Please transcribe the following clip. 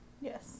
Yes